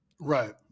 right